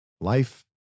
Life